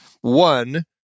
One